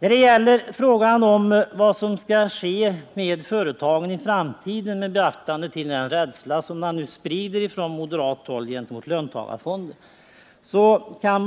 När det gäller frågan om vad som skall ske med företagen i framtiden, med beaktande av den rädsla som man nu sprider från moderat håll mot löntagarfonder, kan